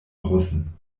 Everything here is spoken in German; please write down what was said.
russen